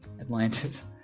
atlantis